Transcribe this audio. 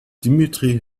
dmitry